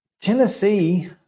Tennessee